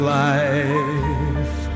life